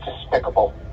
despicable